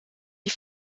die